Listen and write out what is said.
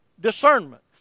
discernment